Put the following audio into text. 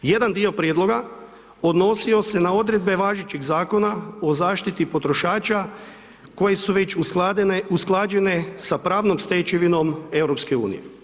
Jedan dio prijedloga odnosio se na odredbe važećeg Zakona o zaštiti potrošača koji su već usklađene sa pravnom stečevinom EU.